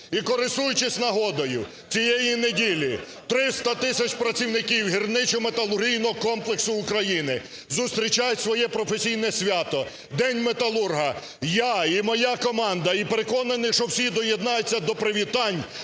І, користуючись нагодою, цієї неділі 300 тисяч працівників гірничо-металургійного комплексу України зустрічають своє професійне свято – День металурга. Я і моя команда, і переконаний, що всі доєднаються до привітань,